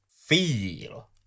feel